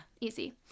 easy